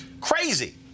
Crazy